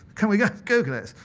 can we go google it?